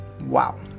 Wow